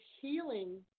healing